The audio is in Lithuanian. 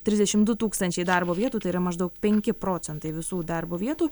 trisdešim du tūkstančiai darbo vietų tai yra maždaug penki procentai visų darbo vietų